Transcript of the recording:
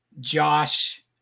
Josh